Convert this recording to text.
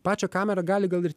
pačią kamerą gali gal ir